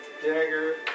dagger